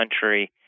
country